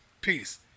Peace